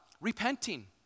repenting